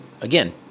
again